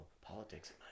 politics